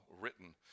written